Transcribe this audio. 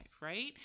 Right